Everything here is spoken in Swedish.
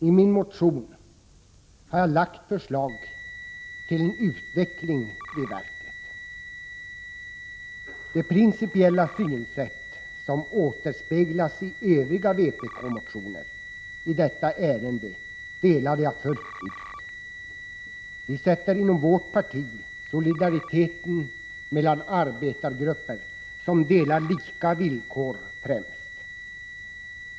I min motion har jag lagt fram förslag till en utveckling vid verket. Det principiella synsätt som återspeglas i övriga vpk-motioner i detta ärende delar jag fullt ut. Vi sätter inom vårt parti solidariteten mellan arbetargrupper som delar lika villkor främst.